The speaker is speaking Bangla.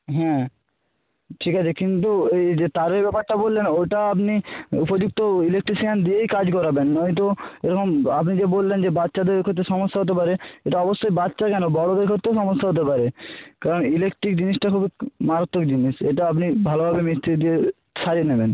হ্যাঁ ঠিক আছে কিন্তু এই যে তারের ব্যাপারটা বললেন ওটা আপনি উপযুক্ত ইলেকট্রিশিয়ান দিয়েই কাজ করাবেন নয়তো এরকম আপনি যে বললেন যে বাচ্চাদের ক্ষেত্রে সমস্যা হতে পারে এটা অবশ্যই বাচ্চা কেন বড়দের ক্ষেত্রেও সমস্যা হতে পারে কারণ ইলেকট্রিক জিনিসটা খুব মারাত্মক জিনিস এটা আপনি ভালোভাবে মিস্ত্রি দিয়ে সারিয়ে নেবেন